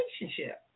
relationship